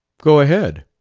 go ahead.